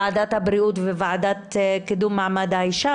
ועדת הבריאות וועדת קידום מעמד האישה.